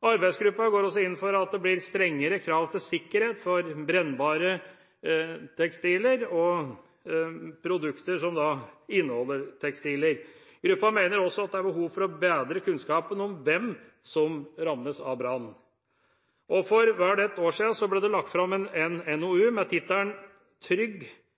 Arbeidsgruppen går også inn for at det blir strengere krav til sikkerhet for brennbare tekstiler og produkter som inneholder tekstiler. Gruppen mener også at det er behov for å bedre kunnskapen om hvem som rammes av brann. For vel ett år siden ble det lagt fram en NOU med tittelen Trygg